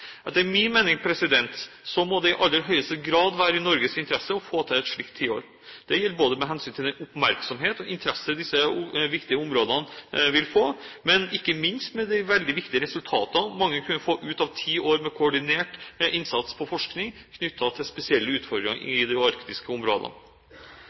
Etter min mening må det i aller høyeste grad være i Norges interesse å få til et slikt tiår, både med hensyn til den oppmerksomhet og den interesse disse viktige områdene vil bli viet, og ikke minst med hensyn til de veldig viktige resultatene man vil kunne få ut av ti år med koordinert innsats på forskning knyttet til spesielle utfordringer